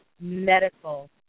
medical